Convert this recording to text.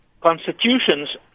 constitutions